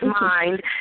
mind